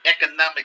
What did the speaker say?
economic